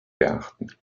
beachten